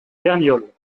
verniolle